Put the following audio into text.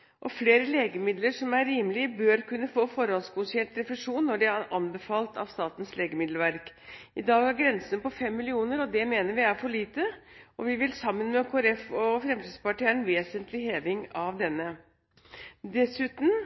Flere legemidler som er rimelige, bør kunne få forhåndsgodkjent refusjon når de er anbefalt av Statens legemiddelverk. I dag er grensen på 5 mill. kr. Det mener vi er for lite. Vi vil sammen med Kristelig Folkeparti og Fremskrittspartiet ha en vesentlig heving av denne. Dette viser dessuten